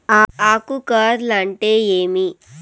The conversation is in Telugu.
ఆకు కార్ల్ అంటే ఏమి?